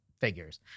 figures